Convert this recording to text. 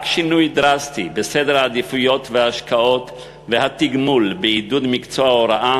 רק שינוי דרסטי בסדר העדיפויות וההשקעות והתגמול בעידוד מקצוע ההוראה